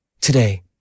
Today